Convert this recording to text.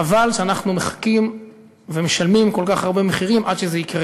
חבל שאנחנו מחכים ומשלמים כל כך הרבה עד שזה יקרה.